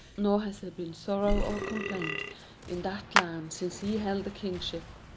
nor has there been sorrow or complaint in that land since he held the kingship.